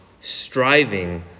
striving